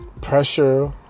pressure